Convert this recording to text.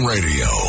Radio